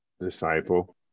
disciple